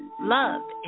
love